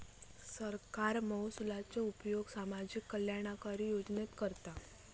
सरकार महसुलाचो उपयोग सामाजिक कल्याणकारी योजनेत करता